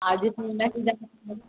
आ जिसमें